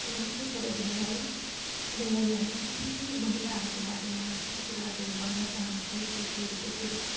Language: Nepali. नमस्ते सबैजनालाई म यहाँ केही महिलाहरूको बारेमा केही कुराहरू भन्न चाहन्छु केटीहरूको सुरक्षित